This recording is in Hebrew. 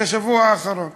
השבוע האחרון